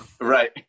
Right